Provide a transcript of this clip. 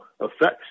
effects